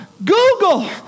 Google